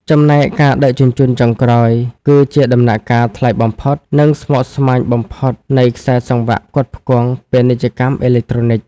ចំណែកការដឹកជញ្ជូនចុងក្រោយ គឺជាដំណាក់កាលថ្លៃបំផុត និងស្មុគស្មាញបំផុតនៃខ្សែសង្វាក់ផ្គត់ផ្គង់ ពាណិជ្ជកម្មអេឡិចត្រូនិក ។